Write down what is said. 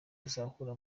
azahura